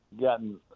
gotten